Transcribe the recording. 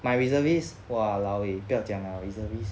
my reservist !walao! eh 不要讲 liao reservist